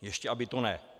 Ještě aby to ne!